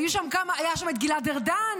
היו שם כמה, היה שם גלעד ארדן,